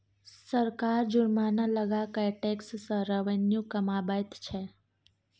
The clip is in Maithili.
सरकार जुर्माना लगा कय टैक्स सँ रेवेन्यू कमाबैत छै